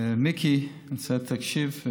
מיקי, אני צריך שתקשיב.